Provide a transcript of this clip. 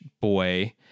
boy